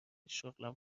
شغلم